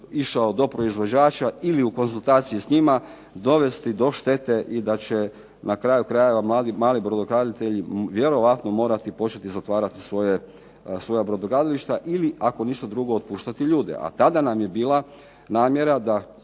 išao do proizvođača ili u konzultaciji s njima dovesti do štete i da će na kraju krajeva mali brodograditelji vjerojatno morati početi zatvarati svoja brodogradilišta ili ako ništa drugo otpuštati ljude, a tada nam je bila namjera da